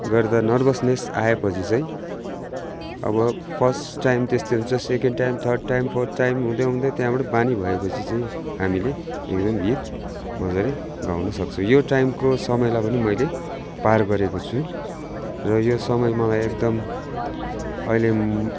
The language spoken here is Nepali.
गर्दा नर्भसनेस आएपछि चाहिँ अब फर्स्ट टाइम त्यस्तै हुन्छ second time third time fourth time हुँदै हुँदै त्यहाँबाट बानी भएपछि चाहिँ हामीले एकदम गीत मजाले गाउनु सक्छु यो टाइमको समयलाई पनि मैले पार गरेको छु र यो समय मलाई एकदम अहिले